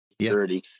security